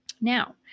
Now